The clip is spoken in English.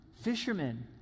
Fishermen